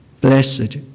Blessed